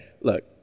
Look